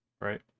Right